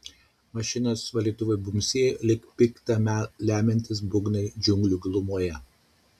mašinos valytuvai bumbsėjo lyg pikta lemiantys būgnai džiunglių gilumoje